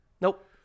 Nope